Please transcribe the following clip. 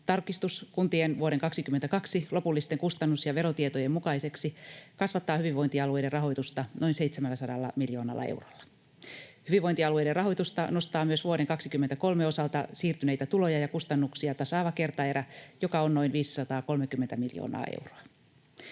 tarkistus kuntien vuoden 2022 lopullisten kustannus- ja verotietojen mukaiseksi kasvattaa hyvinvointialueiden rahoitusta noin 700 miljoonalla eurolla. Hyvinvointialueiden rahoitusta nostaa myös vuoden 2023 osalta siirtyneitä tuloja ja kustannuksia tasaava kertaerä, joka on noin 530 miljoonaa euroa.